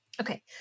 Okay